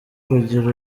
kugira